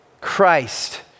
Christ